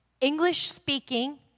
English-speaking